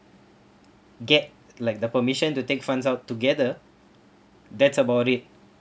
get like the permission to take funds out together that's about it